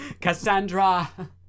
Cassandra